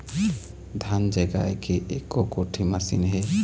धान जगाए के एको कोठी मशीन हे?